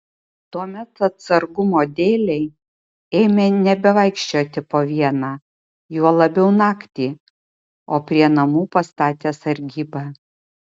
tuomet atsargumo dėlei ėmė nebevaikščioti po vieną juo labiau naktį o prie namų pastatė sargybą